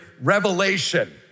revelation